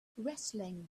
wrestling